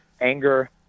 anger